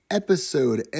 episode